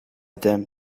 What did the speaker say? them